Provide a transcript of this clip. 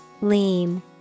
Lean